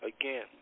again